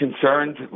concerned